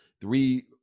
three